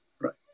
Right